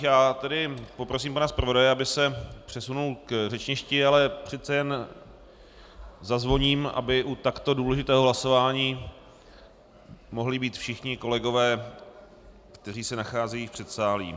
Já tedy poprosím pana zpravodaje, aby se přesunul k řečništi, ale přece jen zazvoním, aby u takto důležitého hlasování mohli být všichni kolegové, kteří se nacházejí v předsálí.